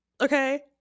okay